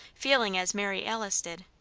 feeling as mary alice did,